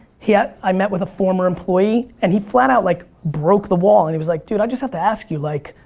yeah i met with a former employee and he flat out, like broke the wall, and he was like, dude, i just have to ask you, like,